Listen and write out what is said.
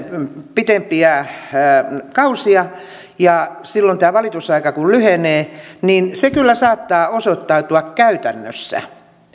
pitempiä kausia ja silloin tämä valitusaika lyhenee niin se kyllä saattaa osoittautua käytännössä